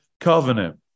covenant